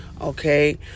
okay